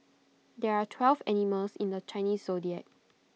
there are twelve animals in the Chinese Zodiac